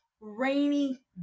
rainy